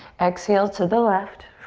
exhale to the left.